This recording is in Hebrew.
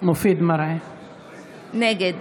נגד